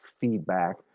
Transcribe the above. feedback